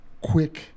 quick